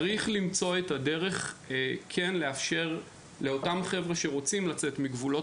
צריך למצוא את הדרך לחבר'ה שרוצים לצאת מגבולות